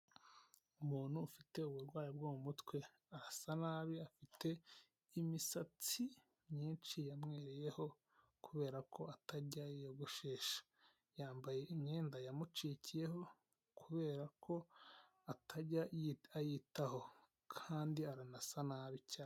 Umuntu ufite uburwayi bwo mu mutwe asa nabi afite imisatsi myinshi yamwereyeho, kubera ko atajya yiyogoshesha. Yambaye imyenda yamucikiyeho kubera ko atajya yiyitaho kandi aranasa nabi cyane.